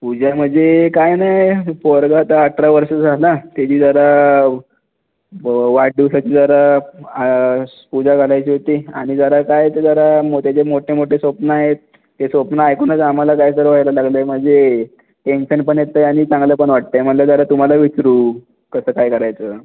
पूजा म्हणजे काय नाही पोरगा आता अठरा वर्षाचा झाला त्याची जरा वाढदिवसाची जरा स् पूजा घालायची होती आणि जरा काय ते जरा त्याचे मोठे मोठे स्वप्न आहेत ते स्वप्न ऐकूनच आम्हाला काय तरी व्हायला लागलं आहे म्हणजे टेंशन पण येत आहे आणि चांगलं पण वाटत आहे म्हटलं जरा तुम्हाला विचारु कसं काय करायचं